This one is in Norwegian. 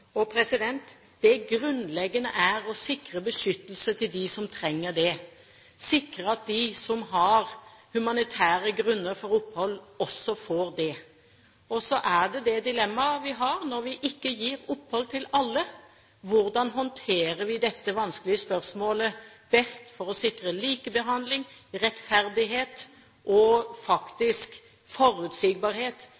Det grunnleggende er å sikre beskyttelse til dem som trenger det, sikre at de som har humanitære grunner for opphold, også får det. Og så er det det dilemmaet vi har når vi ikke gir opphold til alle: Hvordan håndterer vi dette vanskelige spørsmålet best for å sikre likebehandling, rettferdighet og